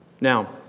Now